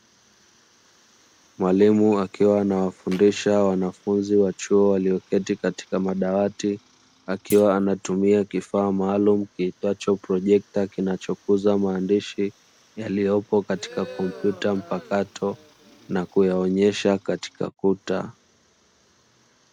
Mwalimu akiwa anafundisha wanafunzi wa chuo walioketi katika madawati, akiwa anatumia kifaa maalumu kiitwacho projekta, kinachokuza maandishi yaliyopo katika kompyuta mpakato, na kuyaonyesha katika kuta.